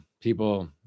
People